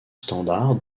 standards